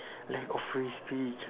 lack of free speech